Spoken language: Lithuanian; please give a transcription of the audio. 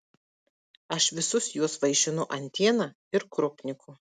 aš visus juos vaišinu antiena ir krupniku